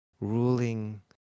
ruling